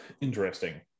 interesting